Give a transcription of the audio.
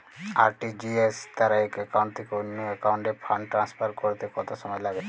RTGS দ্বারা এক account থেকে অন্য একাউন্টে ফান্ড ট্রান্সফার করতে কত সময় লাগে?